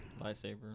Lightsaber